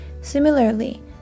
Similarly